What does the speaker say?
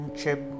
Chip